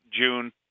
June